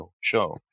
show